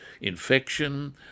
infection